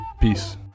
Peace